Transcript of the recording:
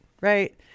Right